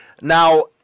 Now